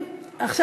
יש